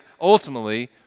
ultimately